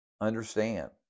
understand